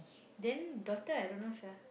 then daughter I don't know sia